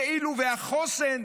כאילו החוסן